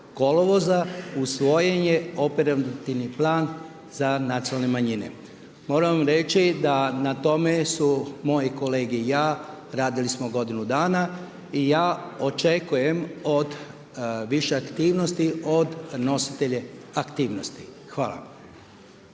24.kolovoza, usvojen je operativni plan za nacionalne manjine. Moram vam reći da na tome su moje kolege i ja radili smo 1 godinu i ja očekujem od više aktivnosti, od nositelje aktivnosti. Hvala